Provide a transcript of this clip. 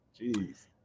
Jeez